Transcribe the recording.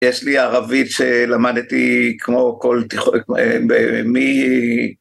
יש לי ערבית שלמדתי כמו כל תיכון, מי...